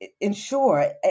ensure